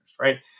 right